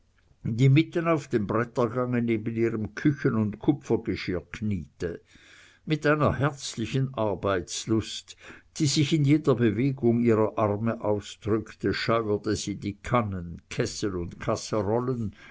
die mitten auf dem brettergange neben ihrem küchen und kupfergeschirr kniete mit einer herzlichen arbeitslust die sich in jeder bewegung ihrer arme ausdrückte scheuerte sie die kannen kessel und kasserollen